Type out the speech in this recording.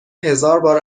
هزاربار